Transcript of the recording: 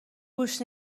گوش